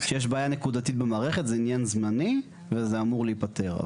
כשיש בעיה נקודתית במערכת זה עניין זמני וזה אמור להיפתר.